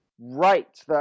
Right